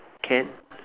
can